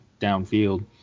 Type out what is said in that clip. downfield